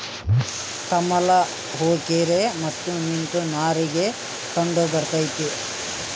ಕಮಲ ಹೂ ಕೆರಿ ಮತ್ತ ನಿಂತ ನೇರಾಗ ಕಂಡಬರ್ತೈತಿ